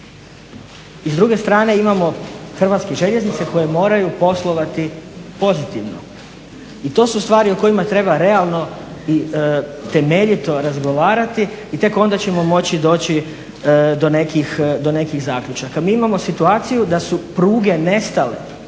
I s druge strane imamo HŽ koje moraju poslovati pozitivno. I to su stvari o kojima treba realno i temeljito razgovarati i tek onda ćemo moći doći do nekih zaključaka. Mi imamo situaciju da su pruge nestale,